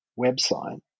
website